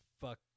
fuck